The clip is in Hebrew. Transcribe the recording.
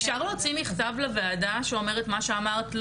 אפשר לקבל מכתב לוועדה שאומר את מה שאמרת?